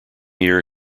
year